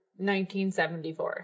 1974